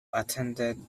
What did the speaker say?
attended